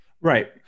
right